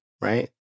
right